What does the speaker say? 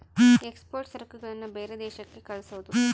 export ಸರಕುಗಳನ್ನ ಬೇರೆ ದೇಶಕ್ಕೆ ಕಳ್ಸೋದು